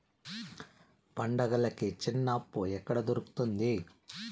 పండుగలకి చిన్న అప్పు ఎక్కడ దొరుకుతుంది